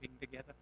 together